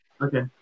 Okay